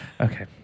okay